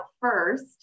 first